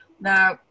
Now